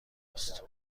است